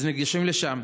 אז ניגשים לשם.